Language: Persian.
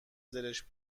زرشک